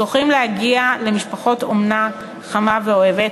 זוכים להגיע למשפחת אומנה חמה ואוהבת,